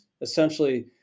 Essentially